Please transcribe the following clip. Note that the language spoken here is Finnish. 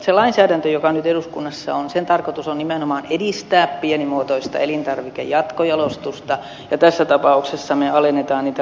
sen lainsäädännön joka nyt eduskunnassa on tarkoitus on nimenomaan edistää pienimuotoista elintarvikejatkojalostusta ja tässä tapauksessa me alennamme niitä lihantarkastusmaksuja